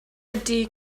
ydy